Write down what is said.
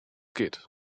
geht